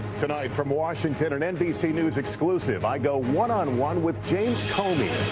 tonight, from washington, an nbc news exclusive. i go one on one with james comey.